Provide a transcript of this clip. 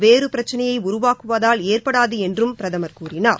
வேறு பிரச்சனையை உருவாக்குவதால் ஏற்படாது என்றும் பிரதமர் கூறினார்